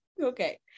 okay